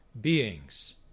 beings